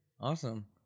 Awesome